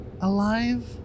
alive